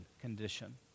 condition